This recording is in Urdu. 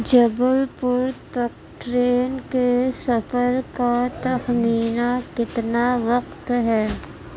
جبل پور تک ٹرین کے سفر کا تخمینہ کتنا وقت ہے